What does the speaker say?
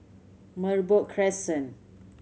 Merbok Crescent